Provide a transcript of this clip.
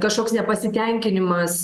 kažkoks nepasitenkinimas